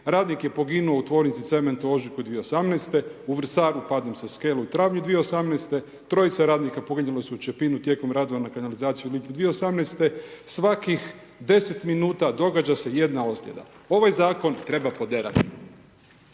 radnik je poginuo u tvornici cementa u ožujku 2018., u Vrsaru padnu sa skele u travnju 2018., trojica radnika poginula su u Čepinu tijekom rada na kanalizaciji u lipnju 2018., svakih 10 minuta događa se jedna ozljeda. Ovaj zakon treba poderati.